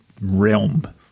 realm